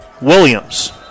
Williams